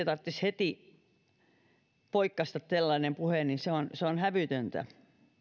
tarvitsisi heti poikkaista se on se on hävytöntä